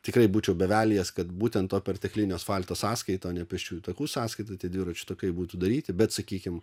tikrai būčiau bevelijęs kad būtent to perteklinio asfalto sąskaita ne pėsčiųjų takų sąskaita dviračių takai būtų daryti bet sakykim